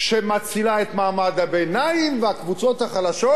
שמצילה את מעמד הביניים והקבוצות החלשות,